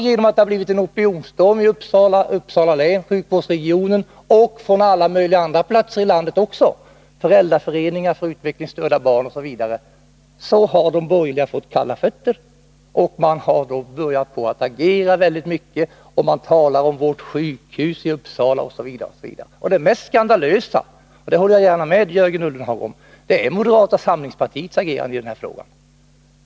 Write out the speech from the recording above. Genom att det har blivit en opinionsstorm i sjukvårdsregionen, i Uppsala län och även från alla möjliga andra platser i landet, föräldraföreningar för utvecklingsstörda barn m.fl., har de borgerliga fått kalla fötter och börjat agera och tala om ”vårt sjukhus” i Uppsala. Det mest skandalösa — det håller jag gärna med Jörgen Ullenhag om -— är moderata samlingspartiets agerande i den här frågan.